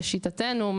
לשיטתנו,